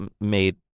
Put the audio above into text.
made